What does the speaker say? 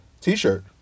t-shirt